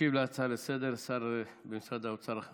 ישיב על ההצעה לסדר-היום השר במשרד האוצר,